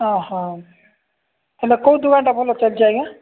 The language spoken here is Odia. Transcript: ଅ ହଁ ହେଲେ କେଉଁ ଦୁଆଁଟା ଭଲ ଚାଲିଛି ଆଜ୍ଞା